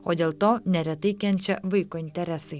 o dėl to neretai kenčia vaiko interesai